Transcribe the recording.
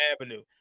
Avenue